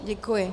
Děkuji.